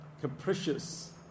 capricious